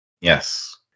Yes